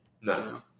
No